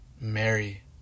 Mary